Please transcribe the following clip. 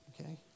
okay